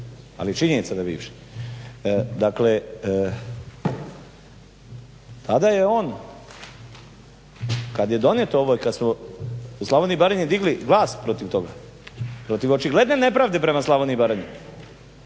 je činjenica da je bivši. Dakle, tada je on kad je donijeto ovo i kad smo u Slavoniji i Baranji digli glas protiv toga, protiv očigledne nepravde prema Slavoniji i Baranji